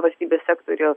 valstybės sektoriuje